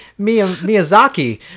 Miyazaki